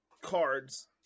cards